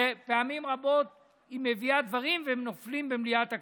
פעמים רבות היא מביאה דברים והם נופלים במליאת הכנסת.